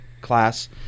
class